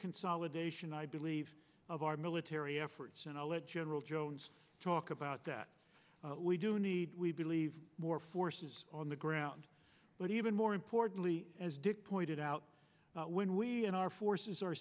consolidation i believe of our military efforts and i'll let general jones talk about that we do need we believe more forces on the ground but even more importantly as dick pointed out when we in our forces are